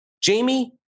Jamie